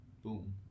boom